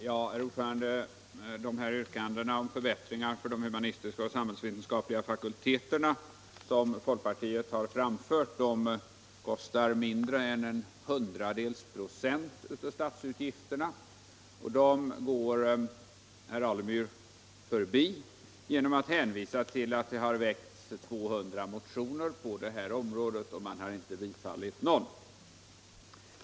Herr talman! Yrkandena om förbättringar för de humanistiska och samhällsvetenskapliga fakulteterna, som folkpartiet har framfört, kostar mindre än en hundradels procent av statsutgifterna. Dessa förbättringar går herr Alemyr förbi genom att hänvisa till att det har väckts 200 motioner på detta område och att man inte har bifallit någon av dem.